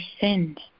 sinned